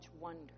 wonder